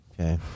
Okay